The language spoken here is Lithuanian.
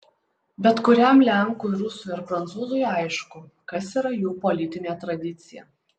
bet kuriam lenkui rusui ar prancūzui aišku kas yra jų politinė tradicija